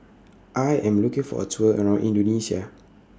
I Am looking For A Tour around Indonesia